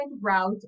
route